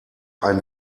ein